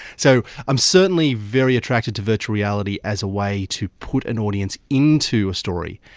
so i'm certainly very attracted to virtual reality as a way to put an audience into a story,